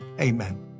Amen